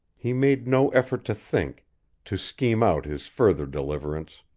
he made no effort to think to scheme out his further deliverance.